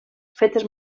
fetes